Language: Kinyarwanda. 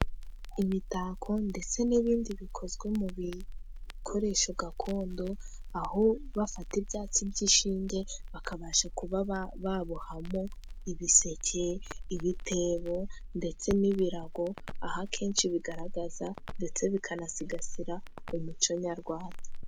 Imitako ndetse n'ibindi bikozwe mu bikoresho gakondo, aho bafata ibyatsi by'ishinge, bakabasha kuba babohamo ibiseke ibitebo ndetse n'ibirago, aha akenshi bigaragaza ndetse bikanasigasira umuco nyarwanda.